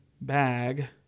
bag